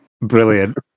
Brilliant